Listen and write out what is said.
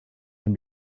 can